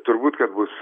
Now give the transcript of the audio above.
turbūt kad bus